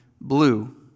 blue